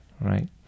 right